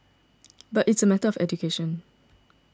but it's a matter of education